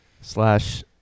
slash